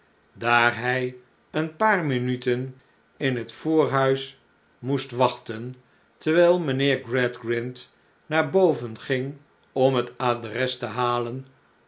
daar hij een paar minuten in het voorhuis moest wachten terwijl mijnheer gradgrind naar boven ging om het adres te halen